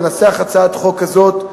לנסח הצעת חוק כזאת,